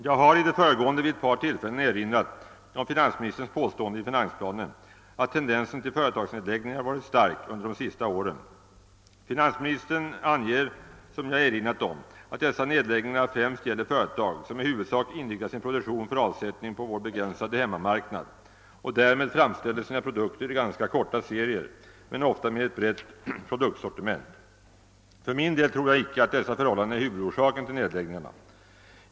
Jag har i det föregående vid ett par tillfällen erinrat om finansministerns påstående i finansplanen, att tendensen tili företagsnedläggningar varit stark under de senaste åren. Finansministern anger, som jag erinrat om, att dessa nedläggningar främst gäller företag »som i huvudsak inriktat sin produktion för avsättning på vår begränsade hemmamarknad och därmed framställer sina produkter i ganska korta serier men ofta med ett brett produktsortiment«. För min del tror jag icke att dessa förhållanden är huvudorsaken till nedläggningarna.